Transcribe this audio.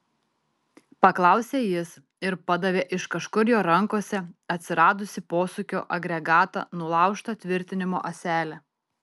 paklausė jis ir padavė iš kažkur jo rankose atsiradusį posūkio agregatą nulaužta tvirtinimo ąsele